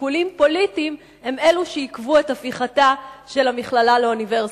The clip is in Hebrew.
שיקולים פוליטיים הם שעיכבו את הפיכתה של המכללה לאוניברסיטה.